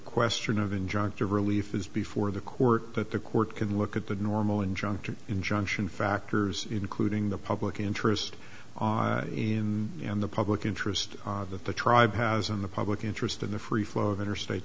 question of injunctive relief is before the court that the court can look at the normal injunction injunction factors including the public interest in the public interest that the tribe has in the public interest in the free flow of interstate